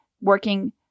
working